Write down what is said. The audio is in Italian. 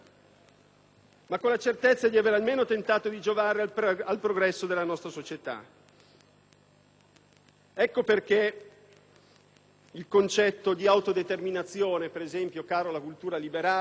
ma con la certezza di avere almeno tentato di giovare al progresso della nostra società. Ecco perché il concetto di autodeterminazione, ad esempio, caro alla cultura liberale,